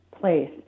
place